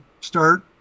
start